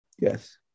Yes